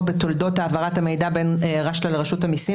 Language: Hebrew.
בתולדות העברת המידע בין רשל"ה לרשות המיסים.